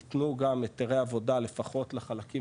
יתנו גם היתרי עבודה לפחות לחלקים